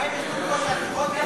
המים ירדו כמו שהדירות ירדו?